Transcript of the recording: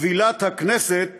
כבילת הכנסת